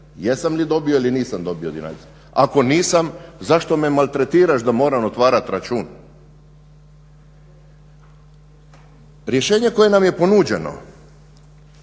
jesam li dobio ili nisam dobio donacije. Ako nisam zašto me maltretiraš da moram otvarati račun. Rješenje koje nam je ponuđeno